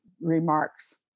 remarks